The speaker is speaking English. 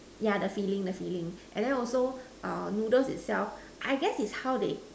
ya the filling the filling and also the noodle itself I guess is how they